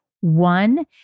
One